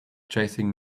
chasing